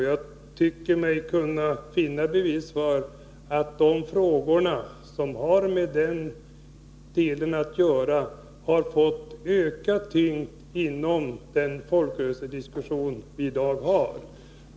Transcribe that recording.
Jag tycker mig kunna finna bevis för att de frågor som har med den delen att göra har fått ökad tyngd i den folkrörelsediskussion vi i dag har.